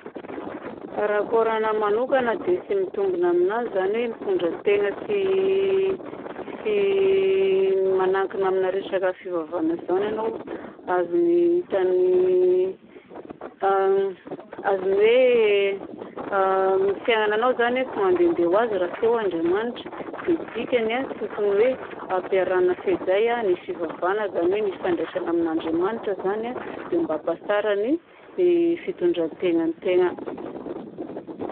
Raha kôranahy manokagna dia tsy mitombina aminahy zany hoe hitondra tegna tsy tsy manankina amina resaka fivavahagna zany ianao. Azony hitany azon'ny hoe ny fiainagnanao zany a tsy mandehandeha ho azy raha tsy eo Andriamanitra. Dia ny dikany a tokony hoe ampiarahagna fehizay a ny fivavahagna zany hoe ny fifandraisagna amin'Andriamanitra zany a dia mba hampatsara ny fitondrantenan'ny tegna.